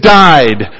died